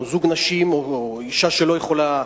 זוג נשים או אשה שלא יכולה,